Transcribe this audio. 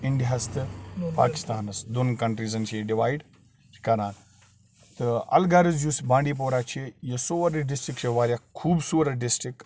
اِنٛڈیاہَس تہٕ پاکِستانَس دۄن کَنٹرٛیٖزَن چھِ یہِ ڈِوایِڈ چھِ کَران تہٕ الغرض یُس بانڈی پورہ چھِ یہِ سورُے ڈِسٹِرٛک چھِ واریاہ خوٗبصوٗرت ڈِسٹِرٛک